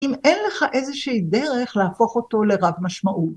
אם אין לך איזה שהיא דרך להפוך אותו לרב משמעות.